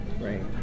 Right